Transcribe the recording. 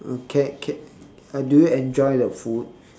can can do you enjoy the food